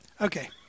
Okay